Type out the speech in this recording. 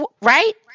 Right